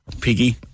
piggy